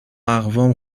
اقوام